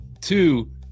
Two